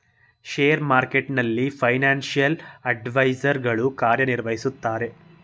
share ಮಾರ್ಕೆಟ್ನಲ್ಲಿ financial adviser ಗಳು ಕಾರ್ಯ ನಿರ್ವಹಿಸುತ್ತಾರೆ